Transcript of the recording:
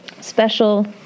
special